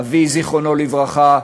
אבי זכרו לברכה,